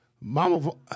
Mama